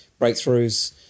breakthroughs